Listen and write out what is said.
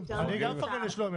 אני גם מפרגן לשלומי,